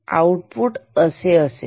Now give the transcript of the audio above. output असे असेल